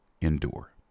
endure